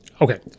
Okay